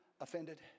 offended